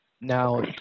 now